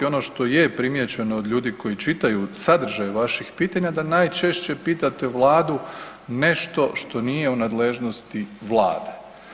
Ono što je primijećeno od ljudi koji čitaju sadržaj vaših pitanja, da najčešće pitate Vladu nešto što nije u nadležnosti Vlade.